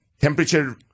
temperature